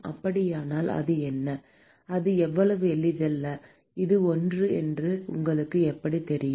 அப்படியானால் அது என்ன அது அவ்வளவு எளிதல்ல அது 1 என்று உங்களுக்கு எப்படித் தெரியும்